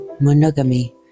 monogamy